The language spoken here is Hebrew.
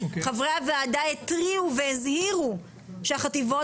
חברי הוועדה התריעו והזהירו שחטיבות